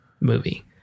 movie